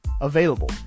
available